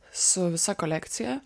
su visa kolekcija